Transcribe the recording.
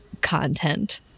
content